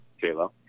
J-Lo